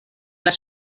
les